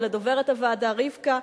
ולדוברת הוועדה רבקה.